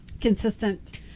consistent